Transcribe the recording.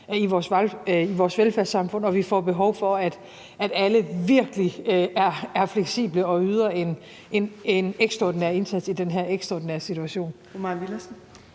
i vores velfærdssamfund, og at vi får behov for, at alle virkelig er fleksible og yder en ekstraordinær indsats i den her ekstraordinære situation?